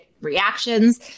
reactions